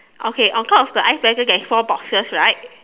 okay on top of the ice blender there is four boxes right